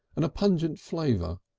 and a pungent flavour.